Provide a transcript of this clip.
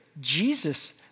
Jesus